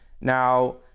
Now